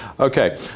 Okay